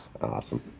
Awesome